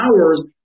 hours